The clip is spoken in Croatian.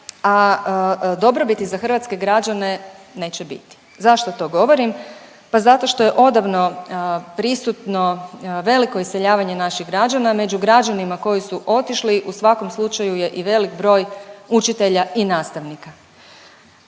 a dobrobiti za hrvatske građane neće biti. Zašto to govorim? Pa zato što je odavno prisutno veliko iseljavanje naših građana, među građanima koji su otišli u svakom slučaju je i velik broj učitelja i nastavnika.